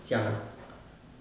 讲